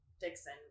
Dixon